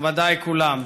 מכובדיי כולם,